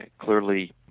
Clearly